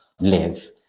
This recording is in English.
live